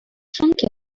drunk